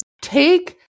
Take